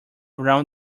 around